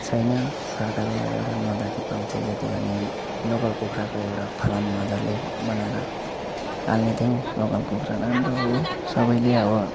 छैन सरकारबाट एउटा मद्दती पाउँथ्यो जति भने लोकल कुखुराको एउटा फार्म मजाले बनार पाल्ने थियौँ लोकल कुखुरा राम्रो हो सबैले अब